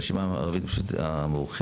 הרשימה הערבית המאוחדת,